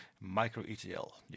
micro-ETL